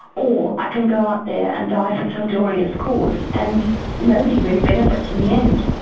or i can go out there and die for some glorious cause and nobody really benefits in the end.